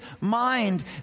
mind